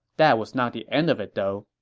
that was not the end of it, though.